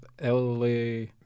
LA